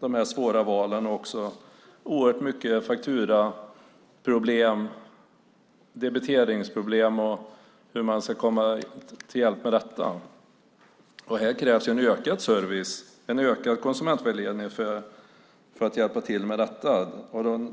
de svåra valen. Det finns också oerhört mycket fakturaproblem och debiteringsproblem att komma till rätta med. Här krävs en ökad service och konsumentvägledning för att hjälpa till med detta.